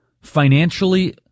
financially